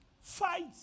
Fight